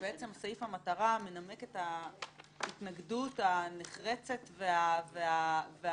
בעצם סעיף המטרה מנמק את ההתנגדות הנחרצת והמודאגת